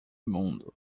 mundo